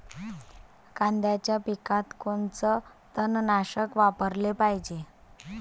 कांद्याच्या पिकात कोनचं तननाशक वापराले पायजे?